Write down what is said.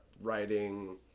writing